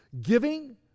giving